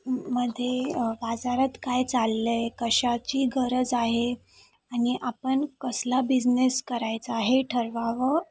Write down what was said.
मध्ये बाजारात काय चाललं आहे कशाची गरज आहे आणि आपण कसला बिजनेस करायचा हे ठरवावं